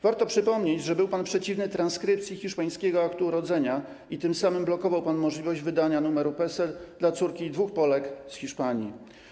Warto przypomnieć, że był pan przeciwny transkrypcji hiszpańskiego aktu urodzenia, i tym samym blokował pan możliwość wydania numeru PESEL, w przypadku córki dwóch Polek z Hiszpanii.